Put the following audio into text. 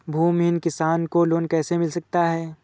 भूमिहीन किसान को लोन कैसे मिल सकता है?